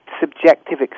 subjective